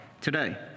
today